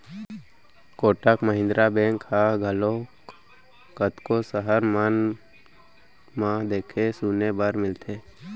Kotak Mahindra bank ह घलोक कतको सहर मन म देखे सुने बर मिलथे